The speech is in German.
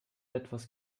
etwas